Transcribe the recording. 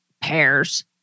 pears